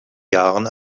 jahren